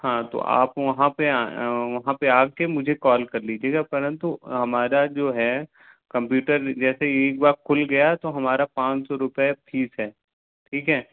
हाँ तो आप वहाँ पर वहाँ पर आ कर मुझे कॉल कर लीजिएगा परंतु हमारा जो है कमप्युटर जैसे एक बार खुल गया तो हमारा पाँच सौ रुपये फ़ीस है ठीक है